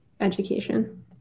education